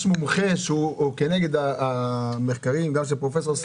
יש מומחה שירצה לדבר כנגד המחקרים למשל של פרופ' סגל?